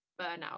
burnout